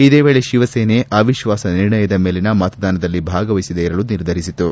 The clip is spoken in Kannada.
ಇದೇ ವೇಳೆ ಶಿವಸೇನೆ ಅವಿಶ್ವಾಸ ನಿರ್ಣಯದ ಮೇಲಿನ ಮತದಾನದಲ್ಲಿ ಭಾಗವಹಿಸದೇ ಇರಲು ನಿರ್ಧರಿಸಿತು